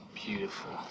beautiful